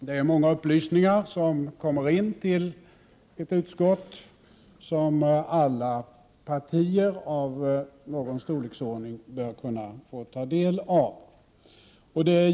Det är många upplysningar som kommer in till ett utskott och som alla partier av någon storlek borde kunna få ta del av.